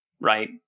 right